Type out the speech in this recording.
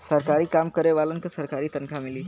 सरकारी काम करे वालन के सरकारी तनखा मिली